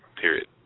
period